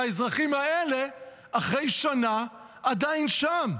והאזרחים האלה אחרי שנה עדיין שם.